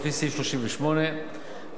לפי סעיף 38 לחוק,